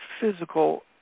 physical